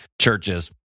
churches